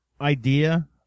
idea